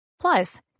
Plus